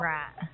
Right